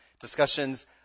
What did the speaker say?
Discussions